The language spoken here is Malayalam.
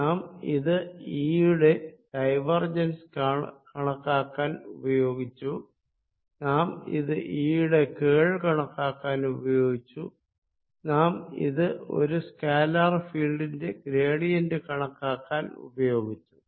നാം ഇത് ഈയുടെ ഡൈവേർജെൻസ് കണക്കാക്കാൻ ഉപയോഗിച്ചു നാം ഇത് ഈ യുടെ കേൾ കാണാൻ ഉപയോഗിച്ചു നാം ഇത് ഒരു സ്കാലർ ഫീൽഡിന്റെ ഗ്രേഡിയന്റ് കാണാൻ ഉപയോഗിച്ചു